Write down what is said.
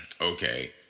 Okay